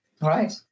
right